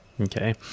Okay